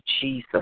Jesus